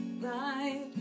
right